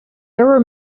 error